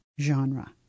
genre